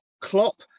Klopp